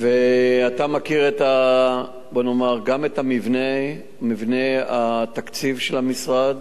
ואתה מכיר גם את מבנה התקציב של המשרד,